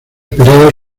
esperada